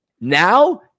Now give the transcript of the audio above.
Now